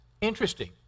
Interesting